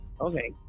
okay